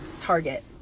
target